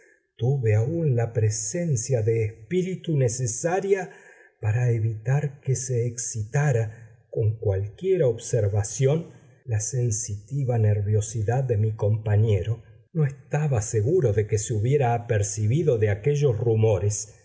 tuve aún la presencia de espíritu necesaria para evitar que se excitara con cualquiera observación la sensitiva nerviosidad de mi compañero no estaba seguro de que se hubiera apercibido de aquellos rumores